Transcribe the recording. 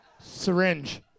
Syringe